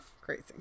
crazy